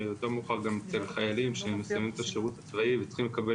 ויותר מאור גם אצל חיילים שמסיימים את השרות הצבאי וצריכים לקבל